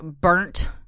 burnt